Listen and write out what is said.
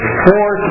four